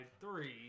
three